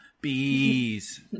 Bees